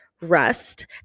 rest